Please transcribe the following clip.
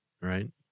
Right